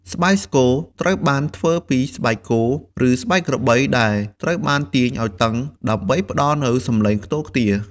ស្បែកស្គរត្រូវបានធ្វើពីស្បែកគោ ឬស្បែកក្របី ដែលត្រូវបានទាញឱ្យតឹងដើម្បីផ្តល់នូវសំឡេងខ្ទរខ្ទារ។